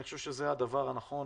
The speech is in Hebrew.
אני חושב שזה הדבר הנכון.